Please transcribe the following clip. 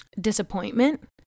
disappointment